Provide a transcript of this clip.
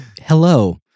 hello